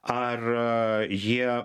ar jie